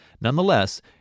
Nonetheless